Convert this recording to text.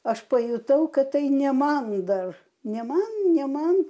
aš pajutau kad tai ne man dar ne man ne man